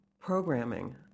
programming